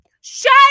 shut